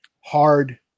Hard